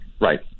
Right